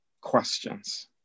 questions